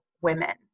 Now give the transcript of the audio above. women